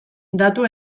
datu